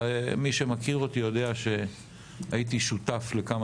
ומי שמכיר אותי יודע שהייתי שותף לכמה